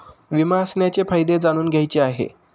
विमा असण्याचे फायदे जाणून घ्यायचे आहे